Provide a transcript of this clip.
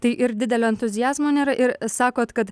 tai ir didelio entuziazmo nėra ir sakot kad